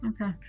Okay